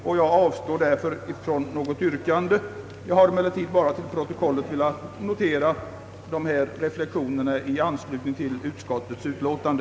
Jag avstår därför från att ställa något yrkande. Jag har emellertid till protokollet ve Jat anteckna dessa reflexioner i anslutning till föreliggande utskottsutlåtande.